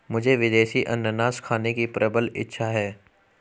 मुझे विदेशी अनन्नास खाने की प्रबल इच्छा है